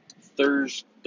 Thursday